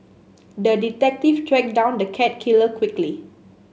the detective tracked down the cat killer quickly